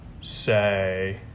say